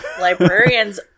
librarians